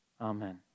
amen